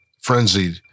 Frenzied